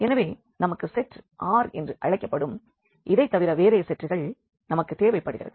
எனவே நமக்கு செட் R என்று அழைக்கப்படும் இதைத்தவிர வேற செட்கள் நமக்கு தேவைப்படுகிறது